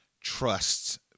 trusts